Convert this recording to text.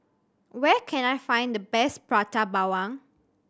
where can I find the best Prata Bawang